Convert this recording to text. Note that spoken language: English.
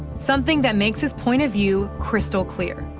something that makes his point of view crystal-clear.